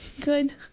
good